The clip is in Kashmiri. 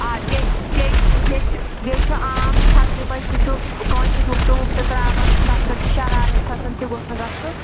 آ بیٚیہِ بیٚیہِ چھُ بیٚیہِ چھُ بیٚیہِ چھُ عام چھکرِ بَچہِ سُہ چھُ کٲنٛسہِ ڈُپٹہٕ وُپٹہٕ ترٛاوان تَتھ پٮ۪ٹھ چھِ شَرارت کھسان تہِ گوٚژھ نہٕ گژھُن